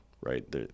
right